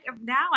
now